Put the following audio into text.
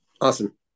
Awesome